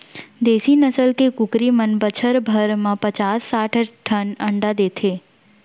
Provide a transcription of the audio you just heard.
देसी नसल के कुकरी मन बछर भर म पचास साठ ठन अंडा देथे